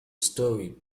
story